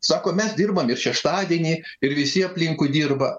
sako mes dirbam ir šeštadienį ir visi aplinkui dirba